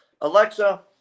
Alexa